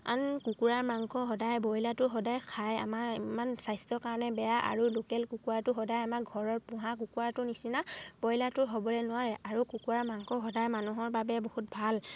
আন কুকুৰাৰ মাংস সদায় ব্ৰইলাৰটো সদায় খায় আমাৰ ইমান স্বাস্থ্যৰ কাৰণে বেয়া আৰু লোকেল কুকুৰাটো সদায় আমাৰ ঘৰৰত পোহা কুকুৰাটোৰ নিচিনা ব্ৰইলাৰটো হ'বই নোৱাৰে আৰু কুকুৰাৰ মাংস সদায় মানুহৰ বাবে বহুত ভাল